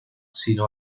sino